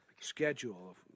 schedule